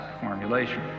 formulation